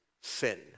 sin